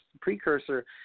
precursor